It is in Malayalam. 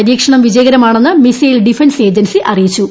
പരീക്ഷണം വിജയകരമാണെന്ന് മിസൈൽ ഡിഫൻസ് ഏജൻസി അറിയിച്ചു